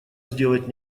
сделать